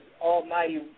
almighty